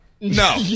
No